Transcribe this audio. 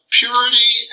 purity